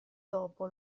dopo